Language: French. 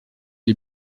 est